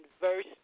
verse